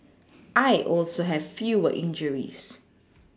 I also have fewer injuries